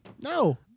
No